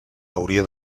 hauria